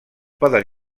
poden